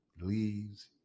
leaves